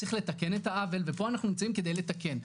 צריך לתקן את העוול ופה אנחנו נמצאים כדי לתקן,